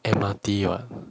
M_R_T what